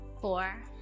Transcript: four